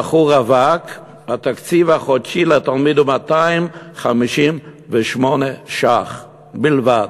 לבחור רווק התקציב החודשי לתלמיד הוא 258 ש"ח בלבד.